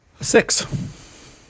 Six